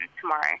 tomorrow